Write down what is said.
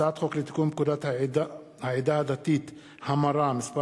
הצעת חוק לתיקון פקודת העדה הדתית (המרה) (מס'